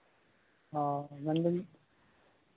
ᱚ ᱢᱮᱱᱫᱟᱹᱧ